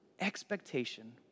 Expectation